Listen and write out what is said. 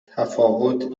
تفاوت